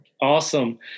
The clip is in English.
Awesome